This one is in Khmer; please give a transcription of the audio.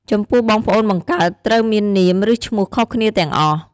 ចំពោះបងប្អូនបង្កើតត្រូវមាននាម ឬឈ្មោះខុសគ្នាទាំងអស់។